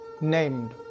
named